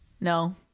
No